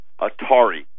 atari